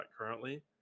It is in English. currently